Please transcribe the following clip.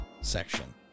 section